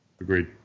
Agreed